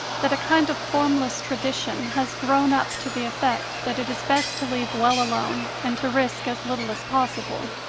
that a kind of formless tradition has grown up to the effect that it is best to leave well alone and to risk as little as possible.